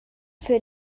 für